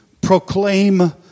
proclaim